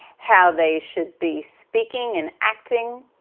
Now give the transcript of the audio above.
how they should be speaking and acting,